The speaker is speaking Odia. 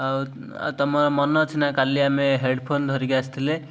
ଆଉ ଆଉ ତୁମର ମନ ଅଛି ନା କାଲି ଆମେ ହେଡ଼୍ ଫୋନ ଧରିକି ଆସିଥିଲେ